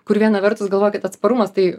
kur viena vertus galvoji kad atsparumas tai